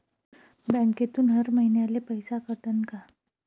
बँकेतून हर महिन्याले पैसा कटन का?